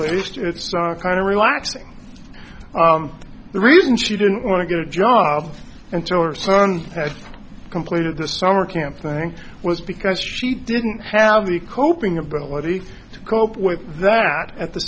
least it's kind of relaxing the reason she didn't want to get a job until or sons had completed the summer camp thing was because she didn't have the coping ability to cope with that at the